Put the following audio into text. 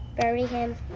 bury him.